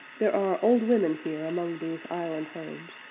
there are old women here among these island homes,